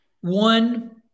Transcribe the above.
one